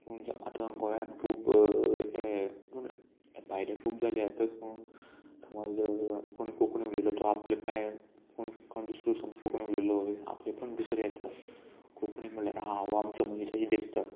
आतां गोंयान खूब हे भायले खूब जाले पूण समज कोणी कोंकणी उलयलो तो आपले पांय कोणी दुसरो समज कोंकणी उलयलो आपलेपण दुसरें येता कोंकणी म्हणल्यार आं हो आमचो मनीस अशें दिसता